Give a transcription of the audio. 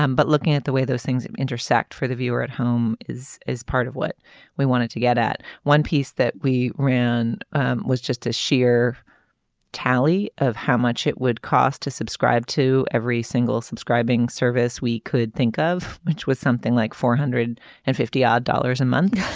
um but looking at the way those things intersect for the viewer at home is is part of what we wanted to get at one piece that we ran was just a sheer tally of how much it would cost to subscribe to every single subscribing service we could think of which was something like four hundred and fifty ad dollars a month.